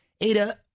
Ada